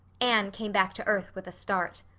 anne came back to earth with a start.